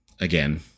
again